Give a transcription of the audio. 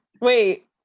Wait